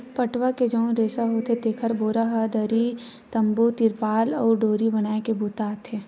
पटवा के जउन रेसा होथे तेखर बोरा, दरी, तम्बू, तिरपार अउ डोरी बनाए के बूता आथे